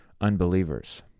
unbelievers